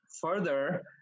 Further